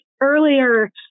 earlier